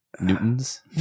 Newtons